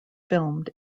filmed